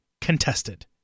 contested